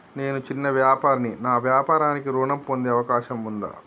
నేను చిన్న వ్యాపారిని నా వ్యాపారానికి ఋణం పొందే అవకాశం ఉందా?